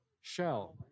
shell